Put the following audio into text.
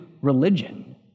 religion